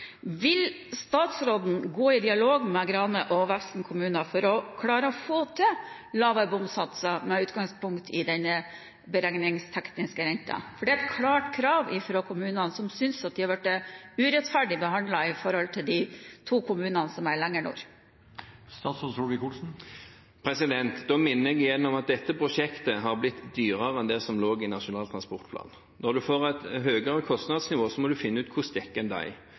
Vil statsråden gå i dialog med Grane og Vefsn kommuner for å klare å få til lavere bomsatser, med utgangspunkt i den beregningstekniske renten? Dette er et klart krav fra kommunene, som synes at de har blitt urettferdig behandlet i forhold til de to kommunene som er lenger nord. Jeg minner igjen om at dette prosjektet har blitt dyrere enn det som lå i Nasjonal transportplan. Når en får et høyere kostnadsnivå, må en finne ut